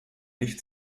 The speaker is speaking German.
nicht